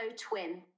Twin